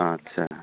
आदसा